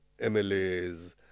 MLAs